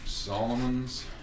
Solomon's